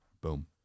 Boom